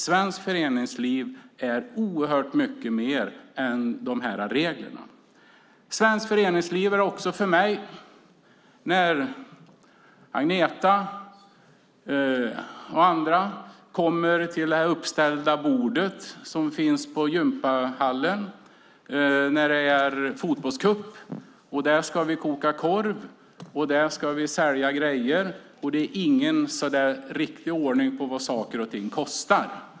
Svenskt föreningsliv är oerhört mycket mer än de här reglerna. Svenskt föreningsliv är också för mig när Agneta och andra kommer till det uppställda bordet som finns i gympahallen när det är fotbollscup. Där ska vi koka korv, och där ska vi sälja grejer. Det är ingen riktig ordning på vad saker och ting kostar.